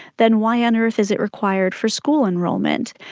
then why on earth is it required for school enrolment?